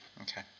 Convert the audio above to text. Okay